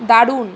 দারুণ